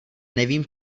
nevím